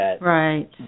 Right